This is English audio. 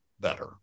better